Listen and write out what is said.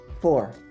Four